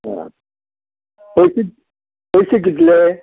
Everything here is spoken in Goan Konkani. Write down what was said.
आं पयशे पयशे कितले